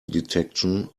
detection